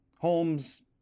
Holmes